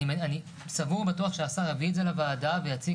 אני סמוך ובטוח שהשר יביא את זה לוועדה ויציג